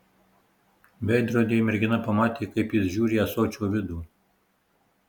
veidrodyje mergina pamatė kaip jis žiūri į ąsočio vidų